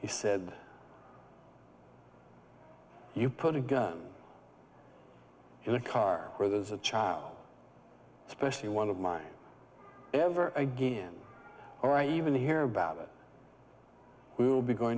he said you put a gun in the car where there's a child especially one of mine ever again or i even hear about it we will be going